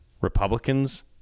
Republicans